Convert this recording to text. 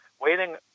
waiting